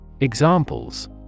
Examples